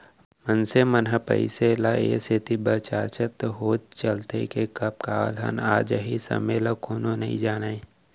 मनसे मन ह पइसा ल ए सेती बचाचत होय चलथे के कब का अलहन आ जाही समे ल कोनो नइ जानयँ